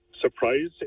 surprise